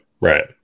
right